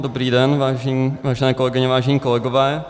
Dobrý den, vážené kolegyně, vážení kolegové.